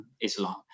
Islam